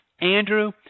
Andrew